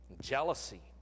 jealousy